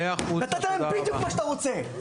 נתת להם בדיוק מה שאתה רוצה,